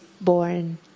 born